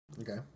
Okay